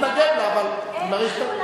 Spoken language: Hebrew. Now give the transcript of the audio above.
אדוני היושב-ראש,